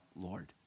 Lord